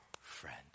friend